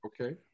Okay